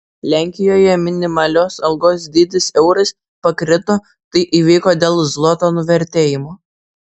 lenkijoje minimalios algos dydis eurais pakrito tai įvyko dėl zloto nuvertėjimo